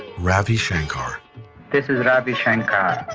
ravi shankar this is ravi shankar.